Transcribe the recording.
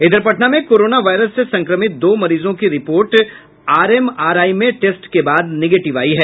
इधर पटना में corona virus से संक्रमित दो मरीजों की रिपोर्ट आरएमआरआई में टेस्ट के बाद निगेटिव आई है